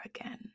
again